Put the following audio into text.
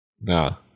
no